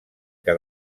que